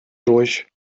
durch